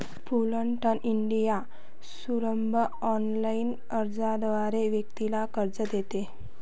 Fullerton India सुलभ ऑनलाइन अर्जाद्वारे व्यक्तीला कर्ज देते